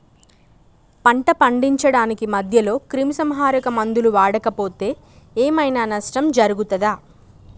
పంట పండించడానికి మధ్యలో క్రిమిసంహరక మందులు వాడకపోతే ఏం ఐనా నష్టం జరుగుతదా?